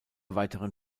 weiteren